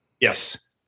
Yes